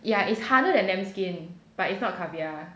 ya is harder than lamb skin but it's not caviar